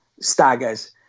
Staggers